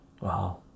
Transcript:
Wow